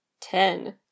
ten